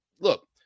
look